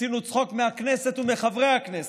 עשינו צחוק מהכנסת ומחברי הכנסת.